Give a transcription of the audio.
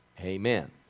Amen